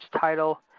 title